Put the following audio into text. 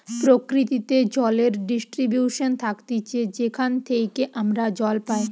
প্রকৃতিতে জলের ডিস্ট্রিবিউশন থাকতিছে যেখান থেইকে আমরা জল পাই